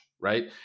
right